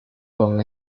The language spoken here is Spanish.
con